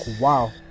wow